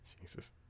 Jesus